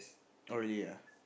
oh really ah